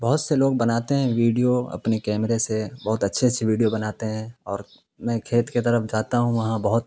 بہت سے لوگ بناتے ہیں ویڈیو اپنے کیمرے سے بہت اچھے اچھے ویڈیو بناتے ہیں اور میں کھیت کے طرف جاتا ہوں وہاں بہت